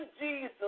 Jesus